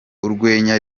urwenya